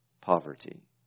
poverty